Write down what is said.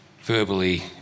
verbally